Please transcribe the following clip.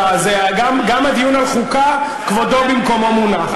גם הדיון על חוקה כבודו במקומו מונח.